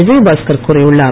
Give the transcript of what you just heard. விஜயபாஸ்கர் கூறியுள்ளார்